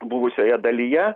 buvusioje dalyje